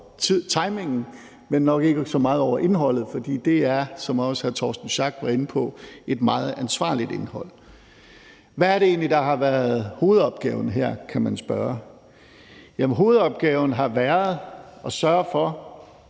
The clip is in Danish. men nok ikke så meget over indholdet, for det er, som også hr. Torsten Schack Pedersen var inde på, et meget ansvarligt indhold. Hvad er det egentlig, der har været hovedopgaven her? kan man spørge. Jamen hovedopgaven har været at sørge for,